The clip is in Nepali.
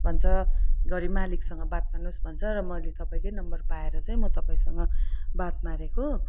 भन्छ घरि मालिकसँग बात मार्नुहोस् भन्छ र मैले तपाईँकै नम्बर पाएर चाहिँ मो तपाईँसँग बात मारेको